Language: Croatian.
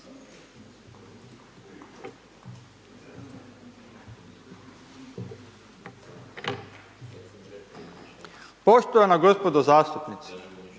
Poštovana g. zastupnici.